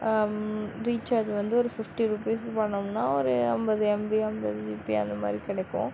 ரீ charge வந்து ஒரு fifty ருபீஸ்க்கு பண்ணோம்னா ஒரு ஐம்பது எம்பி ஐம்பது ஜிபி அந்தமாதிரி கிடைக்கும்